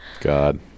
God